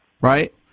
right